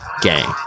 gang